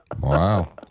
Wow